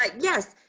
like yes.